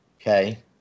Okay